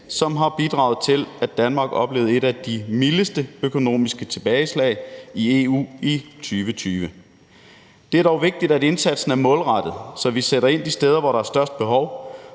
som har bidraget til, at Danmark oplevede et af de mildeste økonomiske tilbageslag i EU i 2020. Det er dog vigtigt, at indsatsen er målrettet, så vi sætter ind de steder, hvor der er størst behov,